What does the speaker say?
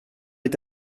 est